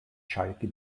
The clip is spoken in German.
schalke